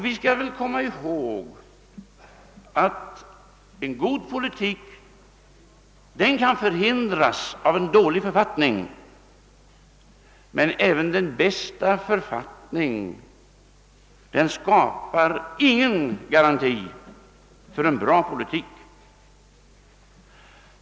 Vi skall komma ihåg att en god politik kan förhindras av en dålig författning, men inte ens den bästa författning skapar någon garanti för en bra politik.